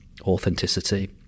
authenticity